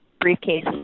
briefcase